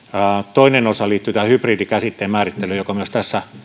toinen osa liittyy hybridi käsitteen määrittelyyn joka myös tässä